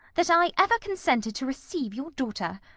that i ever consented to receive your daughter,